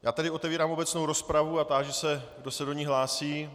Já tedy otevírám obecnou rozpravu a táži se, kdo se do ní hlásí.